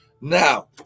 Now